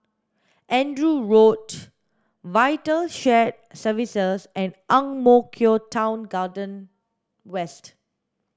Andrew Road VITAL Shared Services and Ang Mo Kio Town Garden West